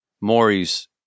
Maury's